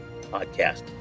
podcast